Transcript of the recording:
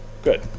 good